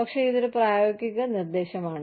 പക്ഷേ ഇത് ഒരു പ്രായോഗിക നിർദ്ദേശമാണ്